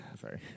Sorry